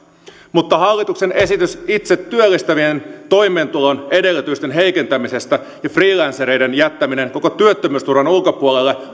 mutta hallituksen esitys itsetyöllistäjien toimeentulon edellytysten heikentämisestä ja freelancereiden jättäminen koko työttömyysturvan ulkopuolelle on